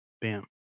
Bam